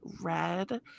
red